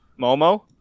Momo